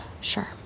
Sure